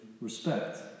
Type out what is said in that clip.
respect